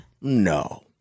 No